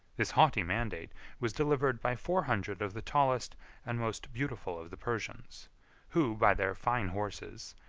this haughty mandate was delivered by four hundred of the tallest and most beautiful of the persians who, by their fine horses,